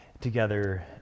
together